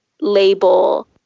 label